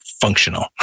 functional